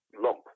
lump